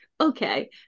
Okay